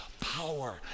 power